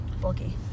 Bulky